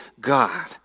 God